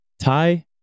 Thai